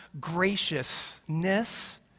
graciousness